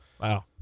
Wow